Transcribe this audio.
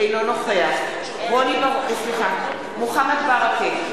אינו נוכח מוחמד ברכה,